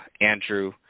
Andrew